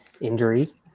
Injuries